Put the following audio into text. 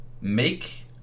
Make